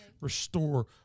restore